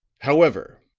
however,